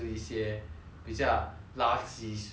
比较垃圾食物 mah